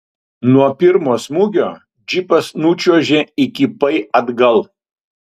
nuo pirmo smūgio džipas nučiuožė įkypai atgal